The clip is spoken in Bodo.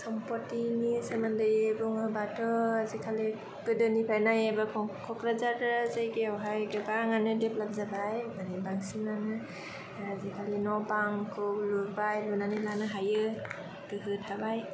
समपतिनि सोमोनदोयै बुङोबाथ' आजिखालि गोदोनिफ्राय नायो बा ककराझार जायगायाव हाय गोबाङानो डेवेलप जाबाय मानि बांसिन आनो आजिखालि न' बांखौ लुबाय लुनानै लानो हायो गोहो थाबाय